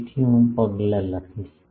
તેથી હું પગલાં લખીશ